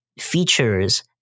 features